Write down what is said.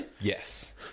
yes